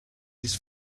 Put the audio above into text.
this